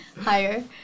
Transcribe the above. higher